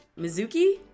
Mizuki